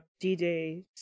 D-Day